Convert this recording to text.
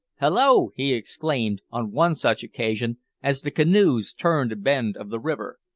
hallo! he exclaimed, on one such occasion, as the canoes turned a bend of the river.